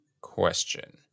question